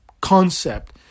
concept